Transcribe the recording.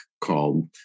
called